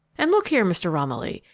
and look here, mr. romilly,